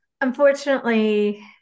unfortunately